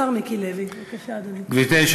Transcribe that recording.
בוועדת העבודה,